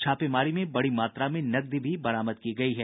छापेमारी में बड़ी मात्रा में नकदी भी बरामद की गयी है